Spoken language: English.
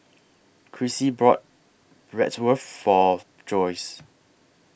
Chrissie bought Bratwurst For Joyce